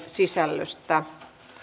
sisällöstä